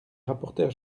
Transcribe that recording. rapporteur